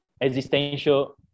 Existential